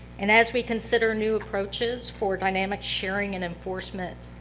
and as we consider new approaches for dynamic sharing and enforcement,